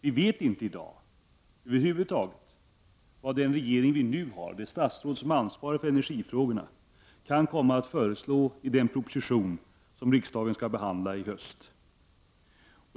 I dag vet vi över huvud taget inte vad den regering vi nu har, det statsråd som ansvarar för energifrågorna, kan komma att föreslå i den proposition som riksdagen skall behandla i höst.